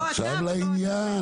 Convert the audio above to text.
עכשיו לעניין,